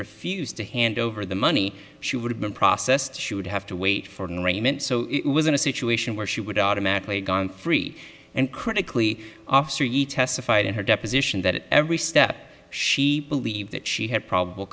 refused to hand over the money she would have been processed she would have to wait for an arraignment so it was in a situation where she would automatically gone free and critically officer he testified in her deposition that every step she believed that she had probable